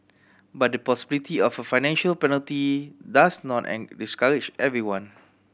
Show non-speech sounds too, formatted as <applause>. but the possibility of a financial penalty does not <unintelligible> discourage everyone